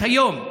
את היום.